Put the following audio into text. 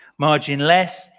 Marginless